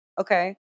Okay